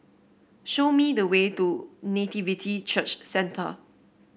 show me the way to Nativity Church Centre